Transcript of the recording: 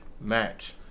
Match